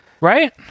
Right